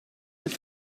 het